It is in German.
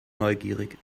neugierig